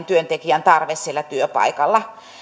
työntekijän tarve siellä työpaikalla